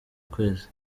kwezi